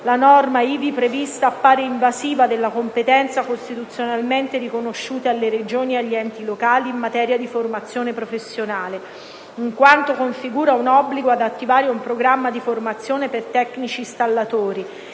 la norma ivi prevista appare invasiva della competenza costituzionalmente riconosciuta alle Regioni e agli enti locali in materia di formazione professionale, in quanto configura un obbligo ad attivare un programma di formazione per tecnici installatori.